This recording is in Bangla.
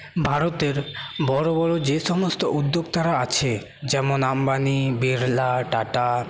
ভারতের বড়ো বড়ো যে সমস্ত উদ্যোক্তারা আছে যেমন আম্বানি বিরলা টাটা